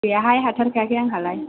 गैयाहाय हाथारखायाखै आंहालाय